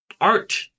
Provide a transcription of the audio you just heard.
art